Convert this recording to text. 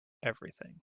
everything